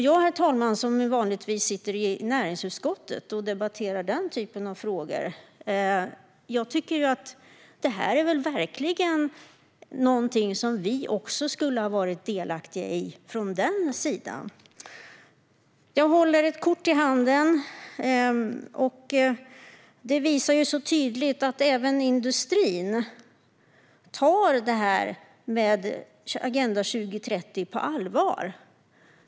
Jag som vanligtvis sitter i näringsutskottet och debatterar den typen av frågor tycker att det här verkligen är någonting som även vi från den sidan borde ha varit delaktiga i. Jag håller ett kort i handen som tydligt visar att industrin tar Agenda 2030 på allvar.